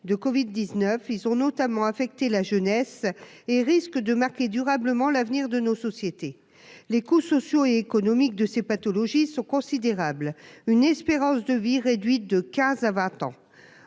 de Covid 19 ils ont notamment affecté la jeunesse et risque de marquer durablement l'avenir de nos sociétés, les coûts sociaux économiques de ces pathologies sont considérables, une espérance de vie réduite de 15 à 20 ans